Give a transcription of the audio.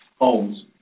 homes